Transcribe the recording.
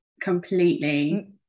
completely